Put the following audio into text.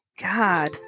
god